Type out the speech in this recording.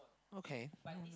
okay